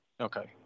Okay